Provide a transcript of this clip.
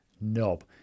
knob